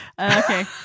Okay